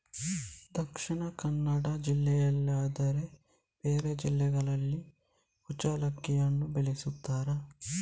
ದಕ್ಷಿಣ ಕನ್ನಡ ಜಿಲ್ಲೆ ಅಲ್ಲದೆ ಬೇರೆ ಜಿಲ್ಲೆಗಳಲ್ಲಿ ಕುಚ್ಚಲಕ್ಕಿಯನ್ನು ಬೆಳೆಸುತ್ತಾರಾ?